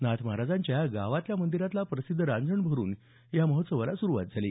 नाथ महाराजांच्या गावातल्या मंदिरातला प्रसिद्ध रांजण भरून या महोत्वाचा प्रारंभ सुरवात झाली